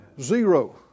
Zero